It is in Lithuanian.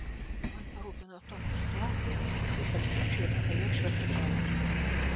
man parūpino tomas tuo atveju jei pargriūčiau ir nepajėgčiau atsikelti